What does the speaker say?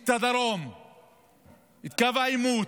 את הדרום, את קו העימות,